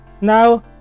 now